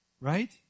Right